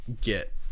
get